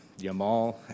Yamal